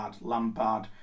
Lampard